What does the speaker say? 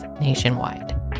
nationwide